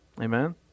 amen